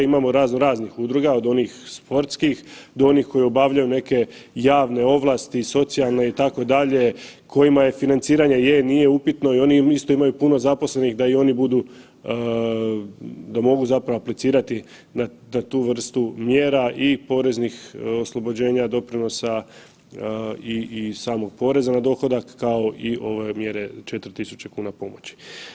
Imamo razno raznih udruga, od onih sportskih do onih koje obavljaju neke javne ovlasti, socijalne itd., kojima je financiranje je, nije upitno i oni isto imaju puno zaposlenih da i oni budu, da mogu zapravo aplicirati na tu vrstu mjera i poreznih oslobođenja doprinosa i samog poreza na dohodak, kao i ove mjere 4.000 kuna pomoći.